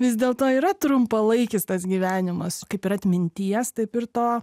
vis dėlto yra trumpalaikis tas gyvenimas kaip ir atminties taip ir to